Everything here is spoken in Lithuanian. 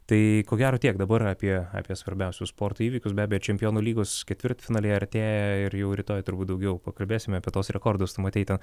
tai ko gero tiek dabar apie apie svarbiausius sporto įvykius be abejo čempionų lygos ketvirtfinaliai artėja ir jau rytoj turbūt daugiau pakalbėsim apie tuos rekordus tu matei ten